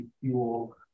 fuel